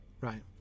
right